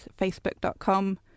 facebook.com